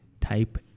type